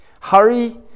Hurry